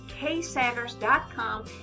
ksanders.com